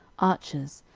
archers,